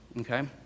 Okay